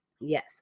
Yes